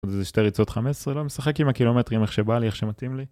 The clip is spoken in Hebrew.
עוד איזה שתי ריצות חמש עשרה, לא משחק עם הקילומטרים איך שבא לי, איך שמתאים לי.